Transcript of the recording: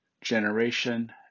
generation